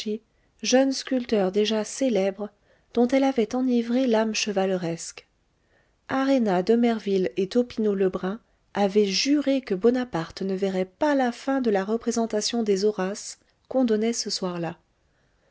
jeune sculpteur déjà célèbre dont elle avait enivré l'âme chevaleresque aréna demerville et topino lebrun avaient juré que bonaparte ne verrait pas la fin de la représentation des horaces qu'on donnait ce soir-là